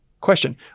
question